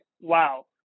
wow